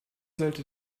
sollte